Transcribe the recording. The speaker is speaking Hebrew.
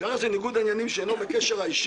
אחד לבין טיב